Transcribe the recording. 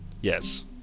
Yes